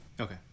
Okay